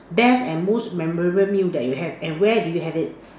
best and most memorable meal that you have and where did you have it